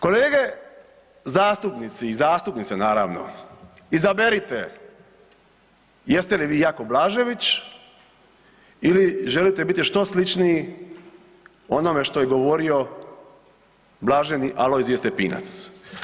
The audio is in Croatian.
Kolege zastupnici, i zastupnice, naravno, izaberite jeste li vi Jakov Blažević ili želite biti što sličniji onome što je govorio blaženi Alojzije Stepinac?